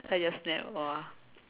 I just nap !wah!